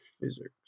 physics